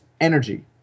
energy